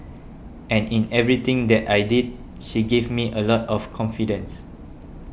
and in everything that I did she gave me a lot of confidence